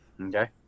okay